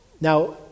Now